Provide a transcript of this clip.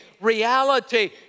reality